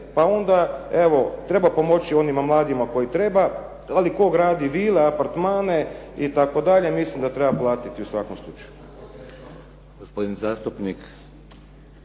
pa onda evo treba pomoći onim mladima koji treba, ali tko gradi vile, apartmane itd., mislim da treba platiti u svakom slučaju.